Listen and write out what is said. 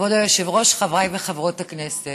כבוד היושב-ראש, חבריי וחברות הכנסת,